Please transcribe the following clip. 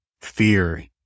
fear